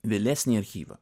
vėlesnį archyvą